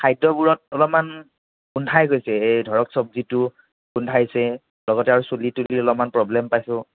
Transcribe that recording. খাদ্যবোৰত অলপমান গোন্ধাই গৈছে এই ধৰক চবজিটো গোন্ধাইছে লগতে আৰু চুলি তুলিৰ অলপমান প্ৰব্লেম পাইছোঁ